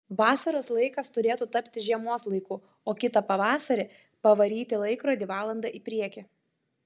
vasaros laikas turėtų tapti žiemos laiku o kitą pavasarį pavaryti laikrodį valanda į priekį